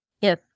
Yes